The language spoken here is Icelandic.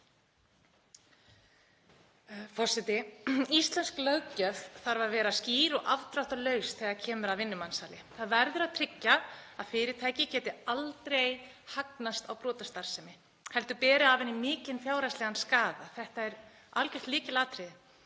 Forseti. Íslensk löggjöf þarf að vera skýr og afdráttarlaus þegar kemur að vinnumansali. Það verður að tryggja að fyrirtæki geti aldrei hagnast á brotastarfsemi heldur beri af henni mikinn fjárhagslegan skaða. Þetta er algjört lykilatriði.